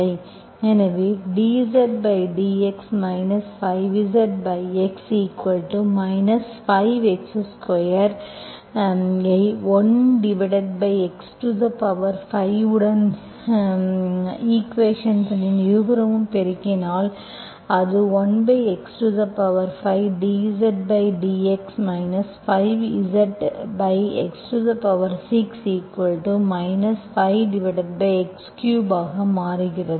எனவே dZdx 5Zx 5 x2x2 ஐ 1x5 உடன் ஈக்குவேஷன் ன் இருபுறமும் பெருக்கினால் அது 1x5dZdx 5Zx6 5x3ஆக மாறுகிறது